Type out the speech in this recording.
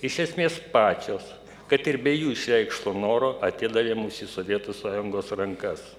iš esmės pačios kad ir be jų išreikšto noro atidavė mus į sovietų sąjungos rankas